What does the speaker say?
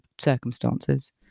circumstances